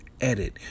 edit